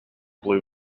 blue